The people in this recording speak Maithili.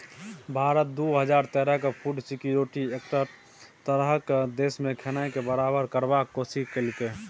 भारत दु हजार तेरहक फुड सिक्योरिटी एक्टक तहत देशमे खेनाइ केँ बराबर करबाक कोशिश केलकै